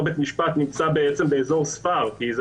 אותו בית משפט נמצא באזור ספר כי זה